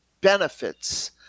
benefits